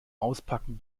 auspacken